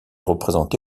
représenté